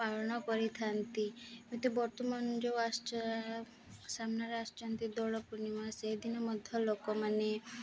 ପାଳନ କରିଥାନ୍ତି ଏତ ବର୍ତ୍ତମାନ ଯେଉଁ ଆସି ସାମ୍ନାରେ ଆସୁଛନ୍ତି ଦୋଳ ପୂର୍ଣ୍ଣିମା ସେଦିନ ମଧ୍ୟ ଲୋକମାନେ